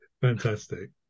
fantastic